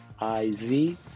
I-Z